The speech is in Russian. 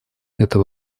это